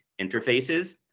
interfaces